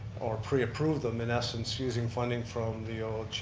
or preapprove them in essence using funding from the olg